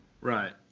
right